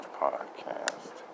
podcast